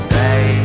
day